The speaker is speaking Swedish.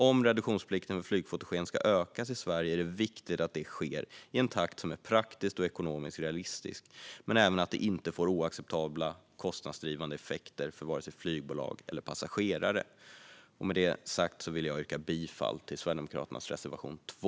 Om reduktionsplikten för flygfotogen ska ökas i Sverige är det viktigt att det sker i en takt som är praktiskt och ekonomiskt realistisk men även att det inte får oacceptabla kostnadsdrivande effekter för vare sig flygbolag eller passagerare. Med det sagt vill jag yrka bifall till Socialdemokraternas reservation 2.